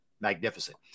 magnificent